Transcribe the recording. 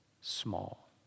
small